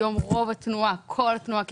היום רוב התנועה, כמעט כל התנועה,